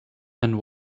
and